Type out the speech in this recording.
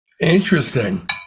Interesting